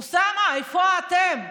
אוסאמה, איפה אתם?